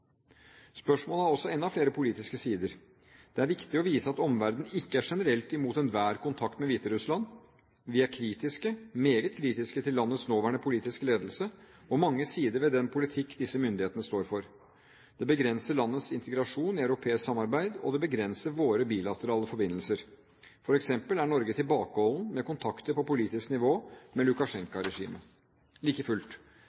Spørsmålet har også enda flere politiske sider. Det er viktig å vise at omverdenen ikke er generelt imot enhver kontakt med Hviterussland. Vi er kritiske, meget kritiske, til landets nåværende politiske ledelse og mange sider ved den politikk disse myndighetene står for. Det begrenser landets integrasjon i europeisk samarbeid, og det begrenser våre bilaterale forbindelser. For eksempel er Norge tilbakeholden med kontakter på politisk nivå med Lukasjenko-regimet. Like fullt: